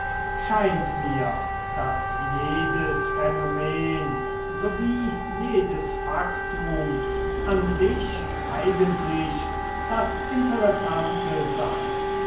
scheint mir daß jedes phänomen sowie jedes faktum an sich eigentlich das interessante sei